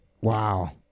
Wow